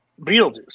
Beetlejuice